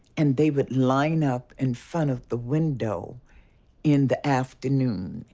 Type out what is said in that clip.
and they would line up in front of the window in the afternoon,